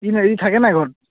ই থাকেনে ঘৰত